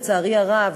לצערי הרב,